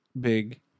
big